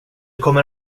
kommer